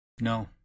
No